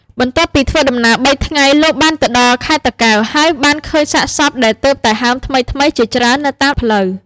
បន្ទាប់ពីធ្វើដំណើរ ៣ ថ្ងៃ លោកបានទៅដល់ខេត្តតាកែវ ហើយបានឃើញសាកសពដែលទើបតែហើមថ្មីៗជាច្រើននៅតាមផ្លូវ។